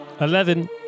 Eleven